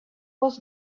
was